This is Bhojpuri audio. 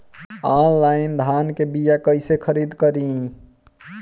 आनलाइन धान के बीया कइसे खरीद करी?